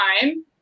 time